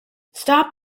stop